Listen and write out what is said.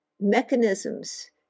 mechanisms